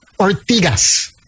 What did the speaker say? Ortigas